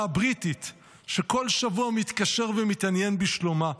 הבריטית שבכל שבוע מתקשר ומתעניין בשלומה.